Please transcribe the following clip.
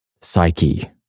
Psyche